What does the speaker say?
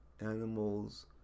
animals